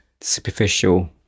superficial